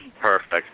Perfect